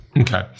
Okay